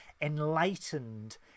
enlightened